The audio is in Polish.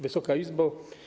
Wysoka Izbo!